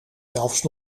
zelfs